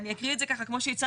אני אקריא את זה ככה כמו שהצענו,